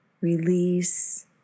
release